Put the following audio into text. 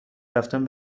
رفتن